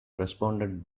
responded